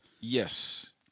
Yes